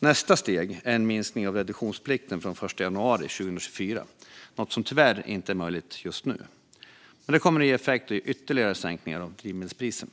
Nästa steg är en minskning av reduktionsplikten från den 1 januari 2024, något som tyvärr inte är möjligt just nu. Detta kommer att ge effekt och ge ytterligare sänkningar av drivmedelspriserna.